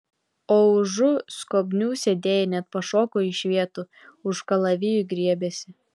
o užu skobnių sėdėję net pašoko iš vietų už kalavijų griebėsi